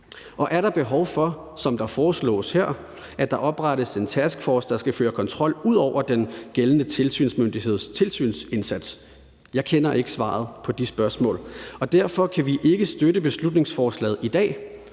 Og er der, som der her foreslås, behov for, at der oprettes en taskforce, der skal føre kontrol ud over den gældende tilsynsmyndigheds tilsynsindsats? Jeg kender ikke svaret på de spørgsmål, og derfor kan vi ikke støtte beslutningsforslaget i dag.